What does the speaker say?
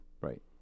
Right